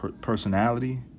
personality